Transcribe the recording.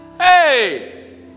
hey